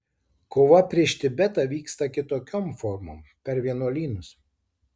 kova prieš tibetą vyksta kitokiom formom per vienuolynus